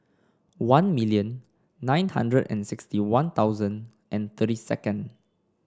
one million nine hundred and sixty One Thousand and thirty second